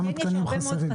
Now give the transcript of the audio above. כמה תקנים חסרים?